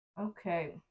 Okay